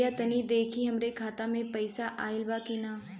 भईया तनि देखती हमरे खाता मे पैसा आईल बा की ना?